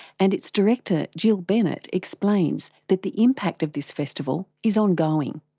and its director jill bennett explains that the impact of this festival is ongoing.